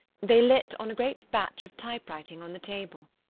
they lit on a great batch of typewriting on the table.